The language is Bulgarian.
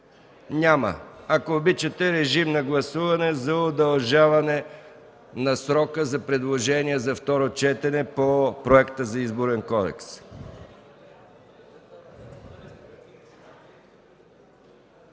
Няма. Ако обичате, режим на гласуване за удължаване на срока за предложения за второ четене по проекта за Изборен кодекс.